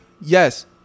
yes